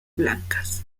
blancas